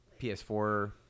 PS4